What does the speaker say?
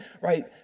right